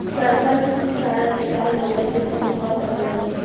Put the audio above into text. सरपंच जी सारा किसान लोगन के समझावत रहलन